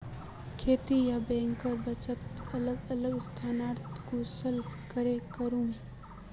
खेती डा बैंकेर बचत अलग अलग स्थानंतरण कुंसम करे करूम?